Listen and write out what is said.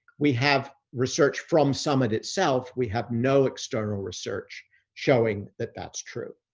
we have research from summit itself. we have no external research showing that that's true.